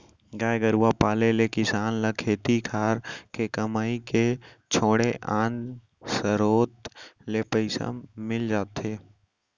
गाय गरूवा पाले ले किसान ल खेती खार के कमई के छोड़े आने सरोत ले पइसा मिल जाथे